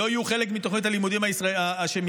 לא יהיו חלק מתוכנית הלימודים שמתקיימת